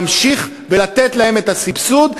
להמשיך לתת להן את הסבסוד,